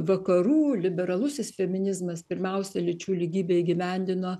vakarų liberalusis feminizmas pirmiausia lyčių lygybę įgyvendino